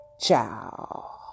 ciao